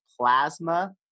plasma